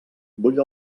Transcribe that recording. bull